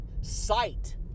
sight